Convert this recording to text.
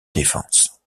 défense